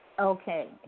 Okay